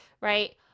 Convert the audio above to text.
right